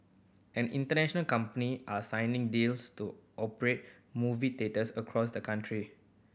and international company are signing deals to operate movie theatres across the country